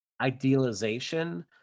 idealization